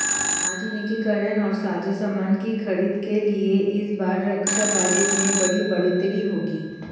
आधुनिकीकरण और साजोसामान की खरीद के लिए इस बार रक्षा बजट में बड़ी बढ़ोतरी होगी